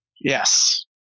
Yes